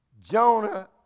Jonah